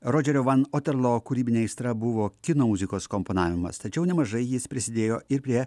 rodžerio van oterlo kūrybinė aistra buvo kino muzikos komponavimas tačiau nemažai jis prisidėjo ir prie